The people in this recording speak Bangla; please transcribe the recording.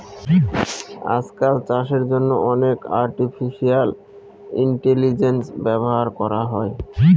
আজকাল চাষের জন্য অনেক আর্টিফিশিয়াল ইন্টেলিজেন্স ব্যবহার করা হয়